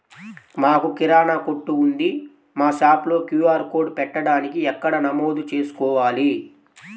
మాకు కిరాణా కొట్టు ఉంది మా షాప్లో క్యూ.ఆర్ కోడ్ పెట్టడానికి ఎక్కడ నమోదు చేసుకోవాలీ?